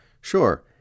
Sure